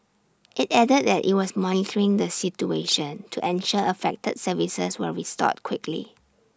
IT added that IT was monitoring the situation to ensure affected services were restored quickly